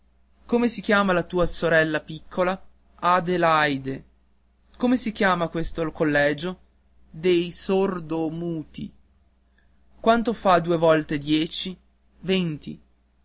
come si chiama la tua sorella piccola a de laide come si chiama questo collegio dei sor do muti quanto fa due volte dieci venti